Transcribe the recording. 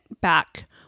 back